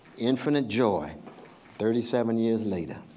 infinite joy thirty seven years later,